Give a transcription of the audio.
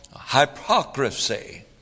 hypocrisy